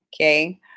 Okay